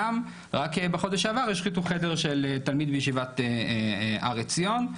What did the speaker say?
בחודש שעבר השחיתו חדר של תלמיד בישיבת הר עציון,